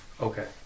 Okay